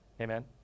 Amen